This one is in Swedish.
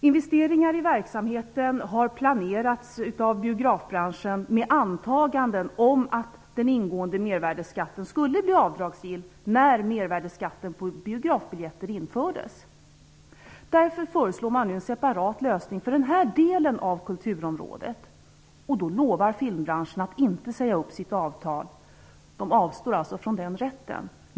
Investeringar i verksamheten har planerats av biografbranschen med antaganden om att den ingående mervärdesskatten skulle bli avdragsgill när mervärdesskatt på biografbiljetter infördes. Därför föreslår man nu en separat lösning för den här delen av kulturområdet, och då lovar filmbranschen att inte säga upp sitt avtal. Man avstår alltså från den rätten.